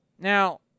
Now